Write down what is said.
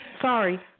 Sorry